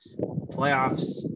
playoffs